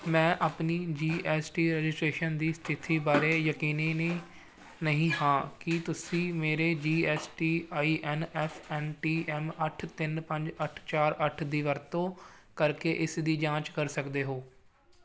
ਮੈਂ ਆਪਣੀ G S T registration ਦੀ ਸਥਿਤੀ ਬਾਰੇ ਯਕੀਨੀ ਨੀ ਨਹੀਂ ਹਾਂ ਕੀ ਤੁਸੀਂ ਮੇਰੇ G S T I N F N T M ਅੱਠ ਤਿੰਨ ਪੰਜ ਅੱਠ ਚਾਰ ਅੱਠ ਦੀ ਵਰਤੋਂ ਕਰਕੇ ਇਸ ਦੀ ਜਾਂਚ ਕਰ ਸਕਦੇ ਹੋ